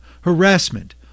harassment